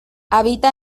habita